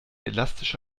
elastische